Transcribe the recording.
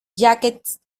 jacques